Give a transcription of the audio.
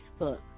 Facebook